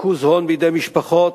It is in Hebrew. ריכוז הון בידי משפחות